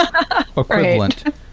equivalent